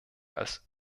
als